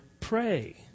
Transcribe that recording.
pray